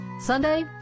Sunday